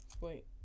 wait